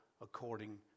according